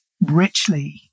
richly